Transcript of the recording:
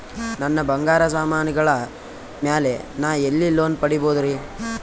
ನನ್ನ ಬಂಗಾರ ಸಾಮಾನಿಗಳ ಮ್ಯಾಲೆ ನಾ ಎಲ್ಲಿ ಲೋನ್ ಪಡಿಬೋದರಿ?